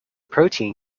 protein